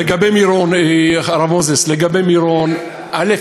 לגבי מירון, הרב מוזס, לגבי מירון, א.